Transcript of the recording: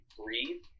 breathe